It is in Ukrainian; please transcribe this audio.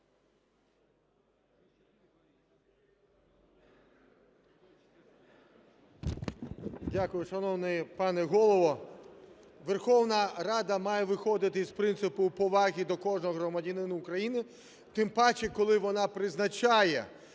Дякую, шановний пане Голово. Верховна Рада має виходити із принципу поваги до кожного громадянина України, тим паче, коли вона призначає